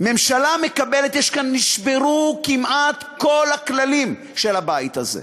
ממשלה מקבלת, נשברו כמעט כל הכללים של הבית הזה.